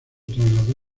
trasladó